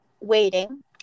Waiting